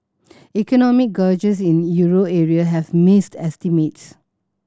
economic gauges in euro area have missed estimates